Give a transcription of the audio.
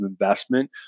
investment